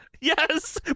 Yes